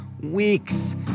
weeks